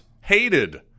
hated